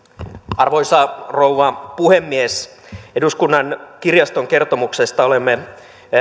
arvoisa rouva puhemies eduskunnan kirjaston kertomuksesta olemme